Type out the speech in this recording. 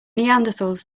neanderthals